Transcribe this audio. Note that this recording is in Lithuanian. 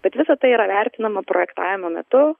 bet visa tai yra vertinama projektavimo metu